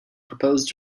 proposed